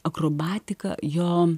akrobatika jo